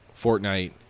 Fortnite